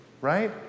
right